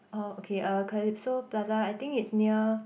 oh okay uh Calypso-Plaza I think it's near